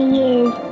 years